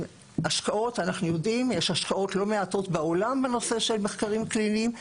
אנחנו יודעים שיש השקעות לא מעטות בעולם בנושא של מחקרים קליניים,